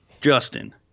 Justin